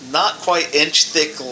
not-quite-inch-thick